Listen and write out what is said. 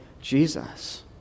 Jesus